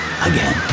again